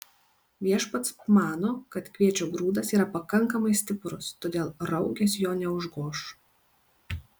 viešpats mano kad kviečio grūdas yra pakankamai stiprus todėl raugės jo neužgoš